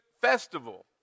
festival